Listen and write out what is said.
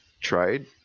trade